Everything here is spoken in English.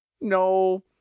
No